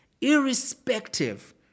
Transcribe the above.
irrespective